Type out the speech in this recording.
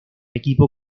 equipo